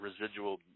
residual